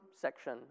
section